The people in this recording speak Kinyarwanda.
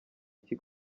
iki